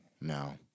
no